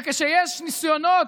וכשיש ניסיונות,